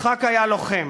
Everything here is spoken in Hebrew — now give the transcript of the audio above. יצחק היה לוחם,